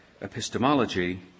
epistemology